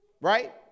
right